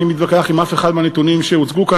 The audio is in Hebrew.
אינני מתווכח על אף אחד מהנתונים שהוצגו כאן,